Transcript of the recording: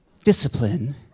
Discipline